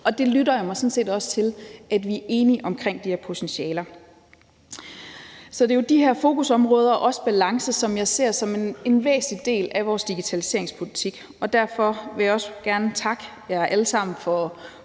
Det lytter jeg mig sådan set også til at vi er enige om, altså de her potentialer. Så det er jo de her fokusområder og balancer, som jeg ser som en væsentlig del af vores digitaliseringspolitik, og derfor vil jeg også gerne takke jer alle sammen for